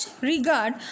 regard